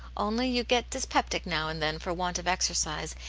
only you get dyspeptic now and then for want of exercise,